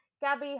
Gabby